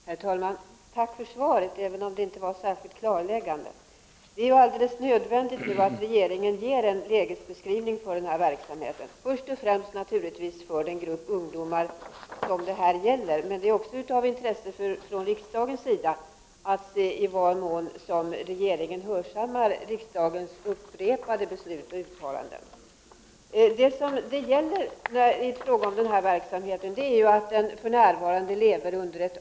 Herr talman! Tack för svaret, även om det inte var särskilt klarläggande. Det är ju alldeles nödvändigt att regeringen lämnar en lägesbeskrivning för denna verksamhet, först och främst naturligtvis för den grupp ungdomar som detta gäller. Men det är också av intresse för riksdagen att se i vilken = Prot. 1989/90:30 mån regeringen hörsammar riksdagens upprepade beslut och uttalanden. I 21 november 1989 fråga om den här verksamheten gäller att den för närvarande lever underett.